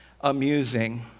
amusing